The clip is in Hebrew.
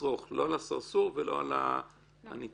לא על הסרסור ולא על הנצרכת,